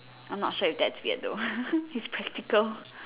I am not sure if that's weird though its practical